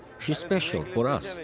she's special for us,